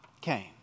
came